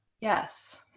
yes